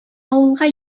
авылга